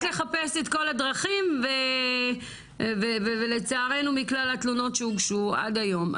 לחפש את כל הדרכים ולצערנו מכלל התלונות שהוגשו עד היום,